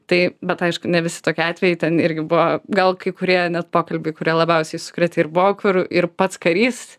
tai bet aišku ne visi tokie atvejai ten irgi buvo gal kai kurie net pokalbiai kurie labiausiai sukrėtė ir buvo kur ir pats karys